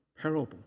parable